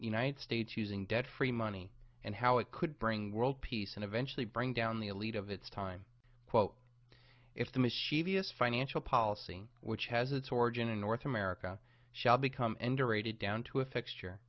united states using debt free money and how it could bring world peace and eventually bring down the elite of its time quote if the machine vs financial policy which has its origin in north america shall become and aerated down to a fixture